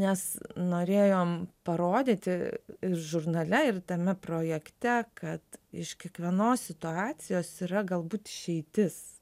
nes norėjom parodyti ir žurnale ir tame projekte kad iš kiekvienos situacijos yra galbūt išeitis